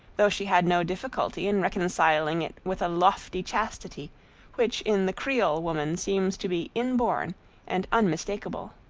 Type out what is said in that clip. though she had no difficulty in reconciling it with a lofty chastity which in the creole woman seems to be inborn and unmistakable.